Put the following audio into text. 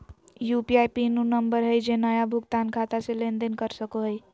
UPI PIN उ number हइ जे नया भुगतान खाता से लेन देन कर सको हइ